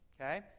Okay